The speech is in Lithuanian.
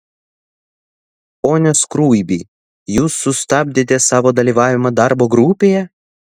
pone skruibi jūs sustabdėte savo dalyvavimą darbo grupėje